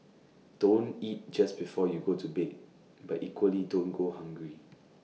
don't eat just before you go to bed but equally don't go hungry